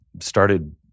started